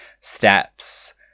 Steps